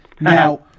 Now